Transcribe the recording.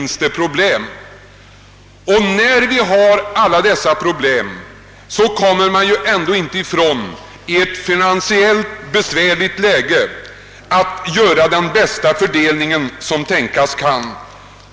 När vi alltså har alla dessa problem måste vi i ett finansiellt besvärligt läge göra den bästa fördelning som tänkas kan.